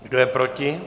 Kdo je proti?